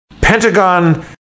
Pentagon